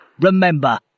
Remember